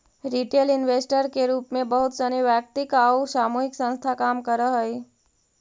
retail investor के रूप में बहुत सनी वैयक्तिक आउ सामूहिक संस्था काम करऽ हइ